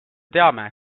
teame